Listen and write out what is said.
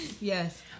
Yes